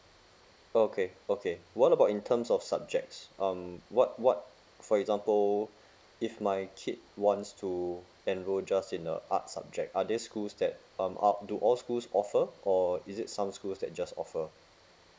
oh okay okay what about in terms of subjects um what what for example if my kid wants to enroll just in a art subject are there schools that um all do all schools offer or is it some schools that just offer